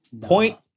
point